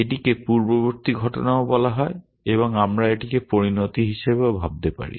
এটিকে পূর্ববর্তী ঘটনাও বলা হয় এবং আমরা এটিকে পরিণতি হিসাবে ভাবতে পারি